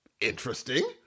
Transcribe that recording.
interesting